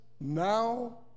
now